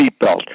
seatbelt